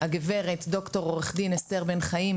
הגברת ד"ר עו"ד אסתר בן חיים,